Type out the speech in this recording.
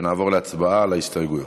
ונעבור להצבעה על ההסתייגויות.